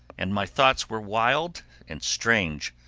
and my thoughts were wild and strange.